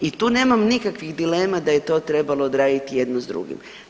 I tu nemam nikakvih dilema da je to trebalo odraditi jedno s drugim.